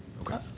Okay